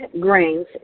grains